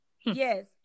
Yes